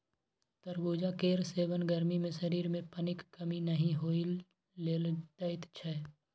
तरबुजा केर सेबन गर्मी मे शरीर मे पानिक कमी नहि होइ लेल दैत छै